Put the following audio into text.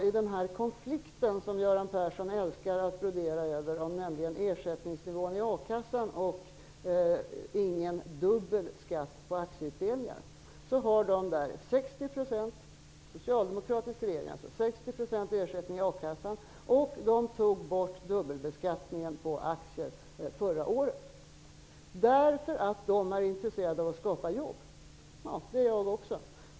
I den konflikt som Göran Persson älskar att brodera över, nämligen den om ersättningsnivån i a-kassan och frågan om dubbel skatt på aktieutdelningar, har denna regering, som alltså är socialdemokratisk, genomfört en 60 procentig ersättning från a-kassan samtidigt som man förra året tog bort dubbelbeskattningen på aktier. Man är nämligen i denna regering intresserad av att skapa jobb. Det är jag också.